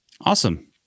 Awesome